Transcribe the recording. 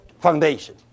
foundation